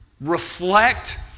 Reflect